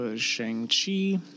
Shang-Chi